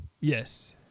Yes